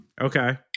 Okay